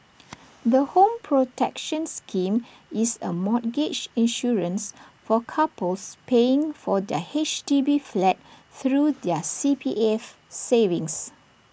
the home protection scheme is A mortgage insurance for couples paying for their H D B flat through their C P F savings